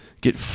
get